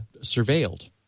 surveilled